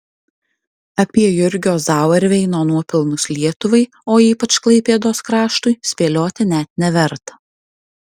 apie jurgio zauerveino nuopelnus lietuvai o ypač klaipėdos kraštui spėlioti net neverta